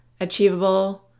achievable